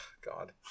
God